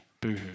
boo-hoo